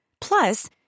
Plus